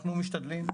אנחנו משתדלים.